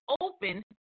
open